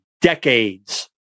decades